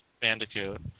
Bandicoot